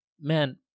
man